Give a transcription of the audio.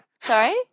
Sorry